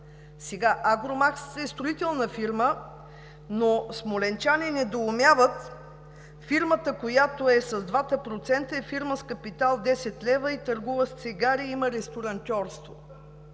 „Агромах“ е строителна фирма, но смолянчани недоумяват за фирмата, която е с 2%, с капитал 10 лв. и търгува с цигари, има и ресторантьорство,